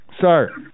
Sir